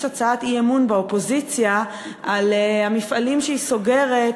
הצעת אי-אמון באופוזיציה על המפעלים שהיא סוגרת,